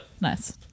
Nice